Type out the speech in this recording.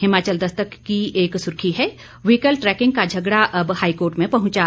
हिमाचल दस्तक की एक सुर्खी है व्हीकल ट्रैकिंग का झगड़ा अब हाईकोर्ट में पहुंचा